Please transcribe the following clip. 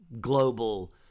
global